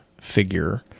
figure